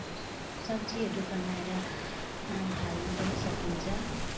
सब्जीहरू बनाएर हाल्नु पनि सकिन्छ